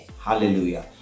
hallelujah